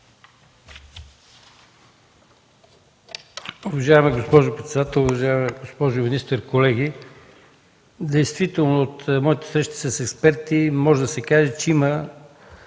Уважаема госпожо председател, уважаема госпожо министър, колеги! Действително от моята среща с експерти може да се каже, че има